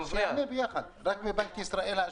רק מבנק ישראל?